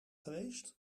geweest